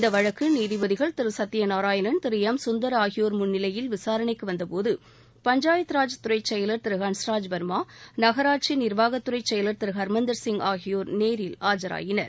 இந்த வழக்கு நீதிபதிகள் திரு சத்ய நாராயணன் திரு எம் சுந்தர் ஆகியோர் முன்னிலையில் விசாரணைக்கு வந்தபோது பஞ்சாயத் ராஜ் துறைச் செயலர் திரு ஹன்ஸ்ராஜ் வர்மா நகராட்சி நிர்வாகத்துறை செயலர் திரு ஹர்மந்தர் சிங் ஆகியோர் நேரில் ஆஜரானார்கள்